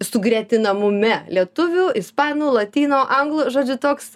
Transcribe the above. sugretinamume lietuvių ispanų lotynų anglų žodžiu toks